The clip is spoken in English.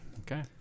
okay